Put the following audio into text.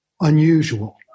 unusual